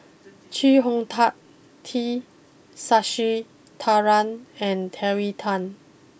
Chee Hong Tat T Sasitharan and Terry Tan